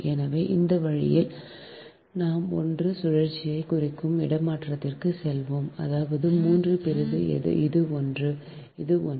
எனவே இந்த வழியில் நாம் 1 சுழற்சியைக் குறிக்கும் இடமாற்றத்திற்கு செல்வோம் அதாவது 3 பிரிவு இது ஒன்று இது ஒன்று